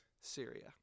Syria